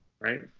Right